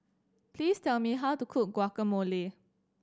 please tell me how to cook Guacamole